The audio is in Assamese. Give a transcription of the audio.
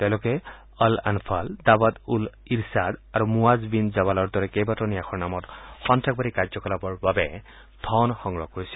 তেওঁলোকে অল অনফাল দাৱত উল ইৰচাদ আৰু মুৱাজ বিন জবালৰ দৰে কেইবাটাও ন্যাসৰ নামত সন্ত্ৰাসবাদী কাৰ্যকলাপৰ বাবে ধন সংগ্ৰহ কৰিছিল